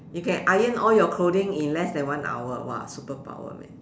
you can iron all your clothing in less than one hour !wah! superpower man